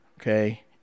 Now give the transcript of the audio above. okay